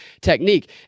technique